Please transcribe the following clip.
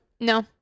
No